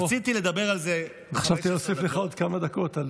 רציתי לדבר על זה, חשבתי להוסיף לך עוד כמה דקות.